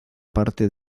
parte